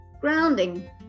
Grounding